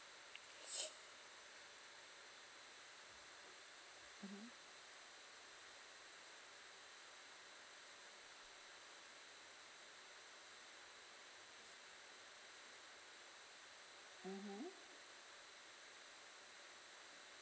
mmhmm mmhmm